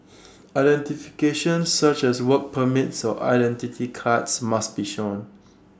identification such as work permits or identity cards must be shown